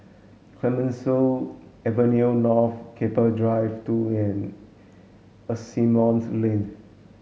Clemenceau Avenue North Keppel Drive two and Asimont Lane